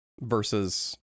versus